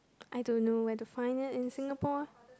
I don't know where to find it in Singapore